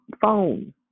phone